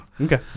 Okay